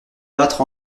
battre